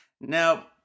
Now